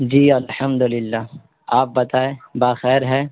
جی الحمد للہ آپ بتائیں باخیر ہے